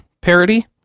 parody